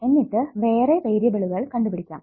എന്നിട്ട് വേറെ വേരിയബിളുകൾ കണ്ടുപിടിക്കാം